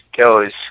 goes